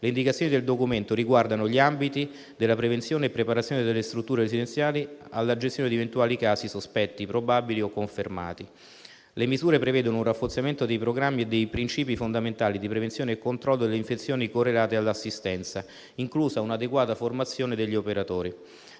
Le indicazioni del documento riguardano gli ambiti della prevenzione e preparazione delle strutture residenziali alla gestione di eventuali casi sospetti, probabili o confermati. Le misure prevedono un rafforzamento dei programmi e dei princìpi fondamentali di prevenzione e controllo delle infezioni correlate all'assistenza, inclusa un'adeguata formazione degli operatori.